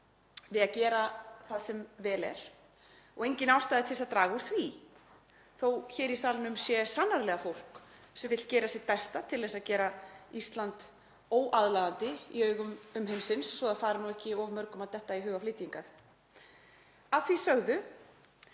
við að gera það sem vel er og engin ástæða til að draga úr því. Þó að hér í salnum sé sannarlega fólk sem vill gera sitt besta til að gera Ísland óaðlaðandi í augum umheimsins svo að það fari ekki of mörgum að detta í hug að flytja hingað. Að því sögðu